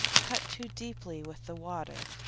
cut too deeply with the water,